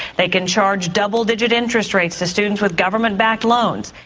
they can charge double-digit interest rates to students with government-backed loans.